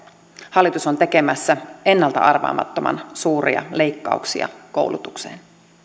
hallitus on tekemässä ennalta arvaamattoman suuria leikkauksia koulutukseen